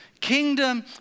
Kingdom